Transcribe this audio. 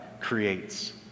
creates